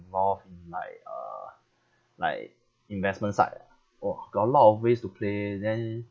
involved in like uh like investment side ah !wah! got a lot of ways to play then